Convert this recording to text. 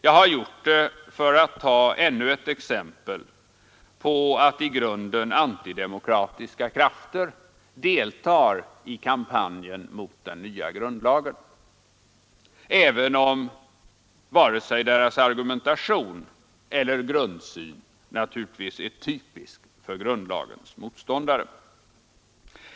Jag har gjort det för att ta ännu ett exempel på att i grunden antidemokratiska krafter deltar i kampanjen mot den nya grundlagen — även om varken deras argumentation eller grundsyn är typisk för grundlagens motståndare.